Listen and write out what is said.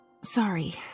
sorry